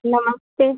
नमस्ते